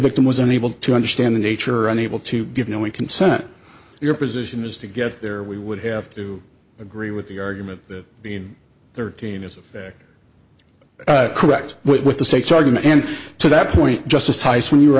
victim was unable to understand the nature unable to give knowing consent your position is to get there we would have to agree with the argument that thirteen is a correct with the state's argument and to that point justice tice when you were